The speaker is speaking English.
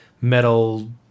metal